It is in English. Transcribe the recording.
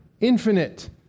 infinite